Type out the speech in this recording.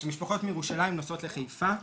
משפחות מירושלים נוסעות לחיפה,